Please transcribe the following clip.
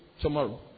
tomorrow